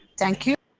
thank you.